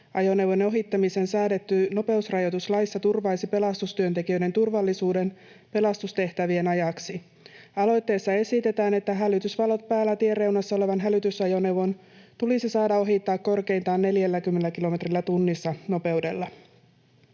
hälytysajoneuvon ohittamiseen säädetty nopeusrajoitus laissa turvaisi pelastustyöntekijöiden turvallisuuden pelastustehtävien ajaksi. Aloitteessa esitetään, että hälytysvalot päällä tien reunassa oleva hälytysajoneuvo tulisi saada ohittaa korkeintaan nopeudella